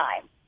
time